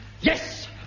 Yes